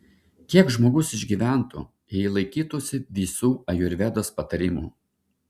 kiek žmogus išgyventų jei laikytųsi visų ajurvedos patarimų